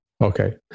okay